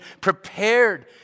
prepared